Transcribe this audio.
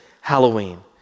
Halloween